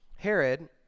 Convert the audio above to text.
Herod